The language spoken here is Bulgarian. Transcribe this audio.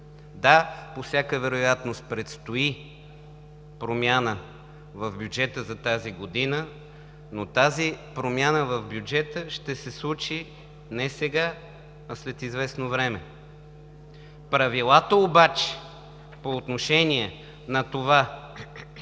Да, по всяка вероятност предстои промяна в бюджета за тази година, но тя ще се случи не сега, а след известно време. Правилата обаче по отношение на това